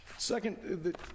Second